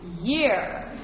year